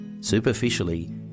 Superficially